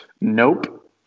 Nope